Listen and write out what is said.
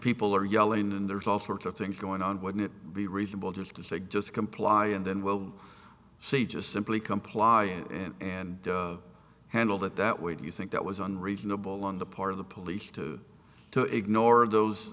people are yelling and there's all sorts of things going on wouldn't it be reasonable to take just comply and then we'll see just simply comply and and handle that that way do you think that was unreasonable on the part of the police to to ignore those